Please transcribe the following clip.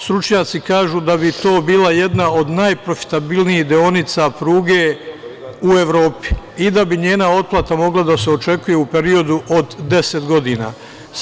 Stručnjaci kažu da bi to bila jedna od najprofitabilnijih deonica pruge u Evropi i da bi njena otplata mogla da se očekuje u periodu od 10 godina.